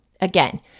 Again